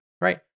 right